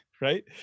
Right